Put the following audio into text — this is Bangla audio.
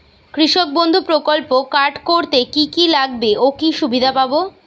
কৃষক বন্ধু প্রকল্প কার্ড করতে কি কি লাগবে ও কি সুবিধা পাব?